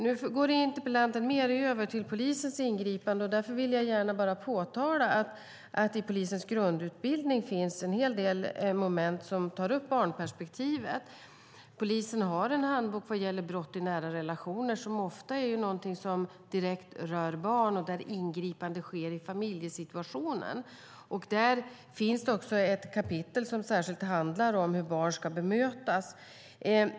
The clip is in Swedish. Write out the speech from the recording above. Nu går interpellanten mer över till polisens ingripanden, och därför vill jag gärna påtala att det i polisens grundutbildning finns en hel del moment som tar upp barnperspektivet. Polisen har en handbok vad gäller brott i nära relationer som ofta är någonting som direkt rör barn och där ingripande sker i familjesituationen. Där finns det också ett kapitel som särskilt handlar om hur barn ska bemötas.